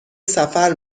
سفر